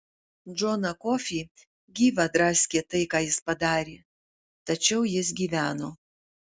džoną kofį gyvą draskė tai ką jis padarė tačiau jis gyveno